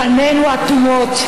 פנינו אטומות.